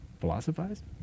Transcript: philosophized